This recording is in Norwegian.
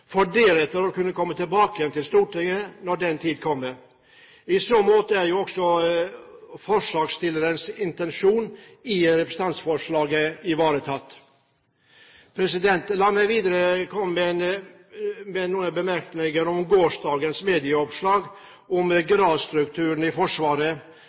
for deretter å kunne komme tilbake igjen til Stortinget når den tid kommer. I så måte er jo også forslagsstillernes intensjon i representantforslaget ivaretatt. La meg videre komme med en bemerkning om gårsdagens medieoppslag om gradsstrukturen i Forsvaret.